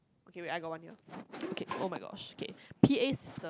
okay wait I got one ya okay oh-my-gosh okay P_A system